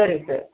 ಸರಿ ಸರ್